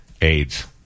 AIDS